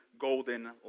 golden